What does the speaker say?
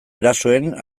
erasoen